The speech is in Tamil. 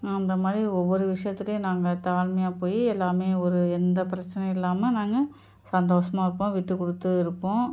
அந்த மாதிரி ஒவ்வொரு விஷயத்திலையும் நாங்கள் தாழ்மையாக போயி எல்லாமே ஒரு எந்த பிரச்சனை இல்லாமல் நாங்கள் சந்தோஷமா இருப்போம் விட்டு கொடுத்து இருப்போம்